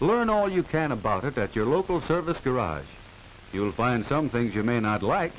learn all you can about it at your local service garage you will find some things you may not like